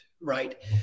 right